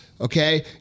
Okay